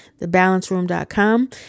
thebalanceroom.com